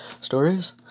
stories